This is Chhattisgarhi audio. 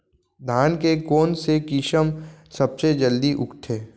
धान के कोन से किसम सबसे जलदी उगथे?